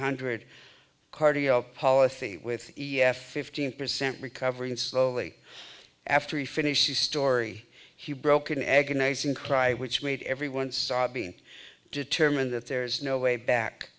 hundred cardio policy with e f fifteen percent recovering slowly after he finished the story he broke an agonizing cry which made everyone sobbing determine that there's no way back